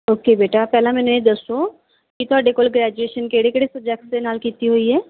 okay ਬੇਟਾ ਪਹਿਲਾਂ ਮੈਨੂੰ ਇਹ ਦੱਸੋ ਕਿ ਤੁਹਾਡੇ ਕੋਲ ਗ੍ਰੈਜੂਏਸ਼ਨ ਕਿਹੜੇ ਕਿਹੜੇ ਸਬਜੈਕਟ ਦੇ ਨਾਲ ਕੀਤੀ ਹੋਈ ਹੈ